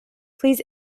please